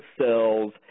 cells